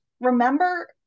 Remember